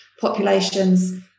populations